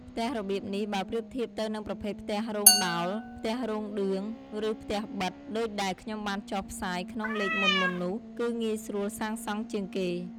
ផ្ទះរបៀបនេះ បើប្រៀបធៀបទៅនឹងប្រភេទផ្ទះរោងដោល, ផ្ទះរោងឌឿង ឬផ្ទះប៉ិត ដូចដែលខ្ញុំបានចុះផ្សាយក្នុងលេខមុនៗនោះ គឺងាយស្រួលសាងសង់ជាងគេ។